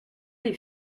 les